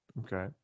Okay